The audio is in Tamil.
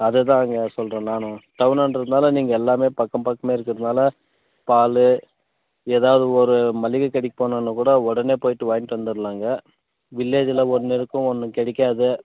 அதுதாங்க சொல்கிறேன் நானும் டவுனுங்றதுனால நீங்கள் எல்லாமே பக்கம் பக்கமே இருக்கிறதுனால பால் எதாவது ஒரு மளிகைகடைக்கு போகணுனாக்கூட உடனே போய்விட்டு வாங்கிவிட்டு வந்துடலாங்க வில்லேஜ்ஜில் ஒன்று இருக்கும் ஒன்று கிடைக்காது